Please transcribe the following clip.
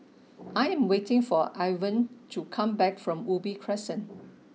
I am waiting for Irwin to come back from Ubi Crescent